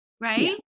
Right